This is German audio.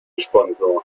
sponsor